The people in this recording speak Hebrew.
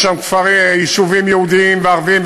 יש שם יישובים יהודיים וערביים,